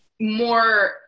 more